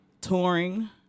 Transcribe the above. touring